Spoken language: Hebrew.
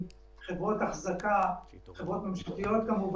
זאת אומרת, כמה עסקים לא בתמונה בכלל?